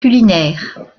culinaires